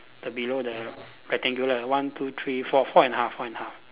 the below the rectangular one two three four four and a half four and a half